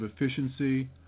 efficiency